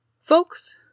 folks